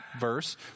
verse